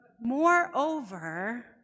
Moreover